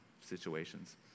situations